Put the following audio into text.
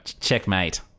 Checkmate